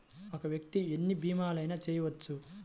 ఒక్క వ్యక్తి ఎన్ని భీమలయినా చేయవచ్చా?